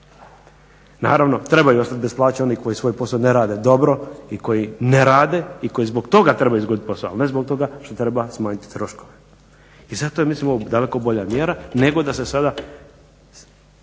Naravno trebaju ostati bez plaće oni koji svoj posao ne rade dobro i koji ne rade i koji zbog toga trebaju izgubiti posao ali ne zbog toga što treba smanjiti troškove. I zato ja mislim da je ovo daleko bolja mjera nego da se sada